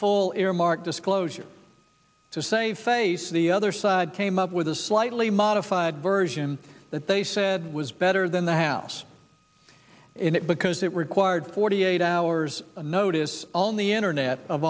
full earmark disclosure to save face the other side came up with a slightly modified version that they said was better than the house in it because it required forty eight hours notice on the internet of